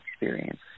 experience